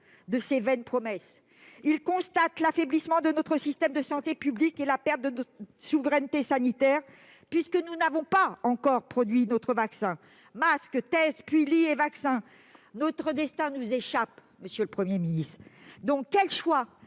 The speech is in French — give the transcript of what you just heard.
de ces vaines promesses. Il constate l'affaiblissement de notre système de santé publique et la perte de notre souveraineté sanitaire, puisque nous n'avons pas encore produit notre vaccin. Masques et tests, puis lits et vaccins : notre destin nous échappe, monsieur le Premier ministre. Aussi, quels choix